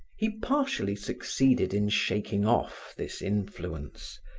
he partially succeeded in shaking off this influence.